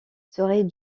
serait